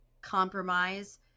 compromise